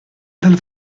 dal